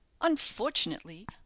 unfortunately